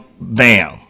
bam